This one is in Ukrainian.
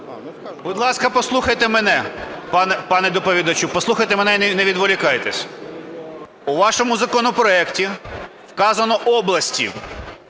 Будь ласка, послухайте мене, пане доповідачу, послухайте мене і не відволікайтесь. У вашому законопроекті вказано області,